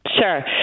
sure